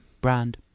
brand